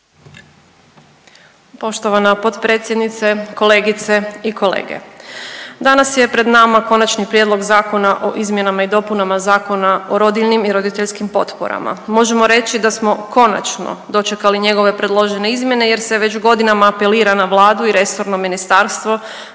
Poštovana potpredsjednice, kolegice i kolege, danas je pred nama Konačni prijedlog Zakona o izmjenama i dopunama Zakona o rodiljnim i roditeljskim potporama. Možemo reći da smo konačno dočekali njegove predložene izmjene jer se već godinama apelira na vladu i resorno ministarstvo